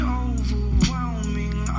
overwhelming